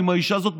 אם האישה הזאת,